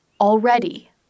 Already